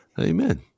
Amen